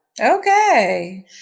Okay